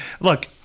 Look